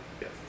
Yes